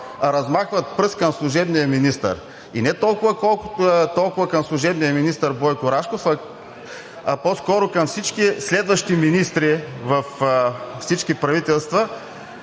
размахват пръст към служебния министър. И не толкова към служебния министър Бойко Рашков, а по-скоро към всички следващи министри във всички правителства,